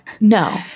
no